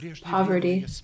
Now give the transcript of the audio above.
poverty